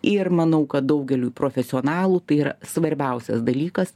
ir manau kad daugeliui profesionalų tai yra svarbiausias dalykas